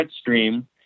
stream